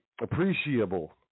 appreciable